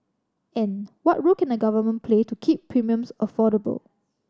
and what role can the Government play to keep premiums affordable